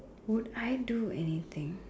would I do anything